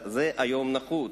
והיום זה נחוץ.